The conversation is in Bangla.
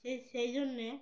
সেই সেই জন্যে